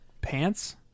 pants